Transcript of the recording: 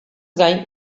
gain